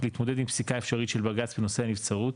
להתמודד עם פסיקה אפשרית של בג"צ בנושא הנבצרות,